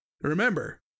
Remember